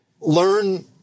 learn